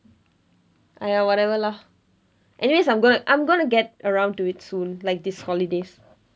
!aiya! whatever lah anyways I'm gone I'm going to get around to it soon like this holidays